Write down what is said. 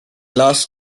last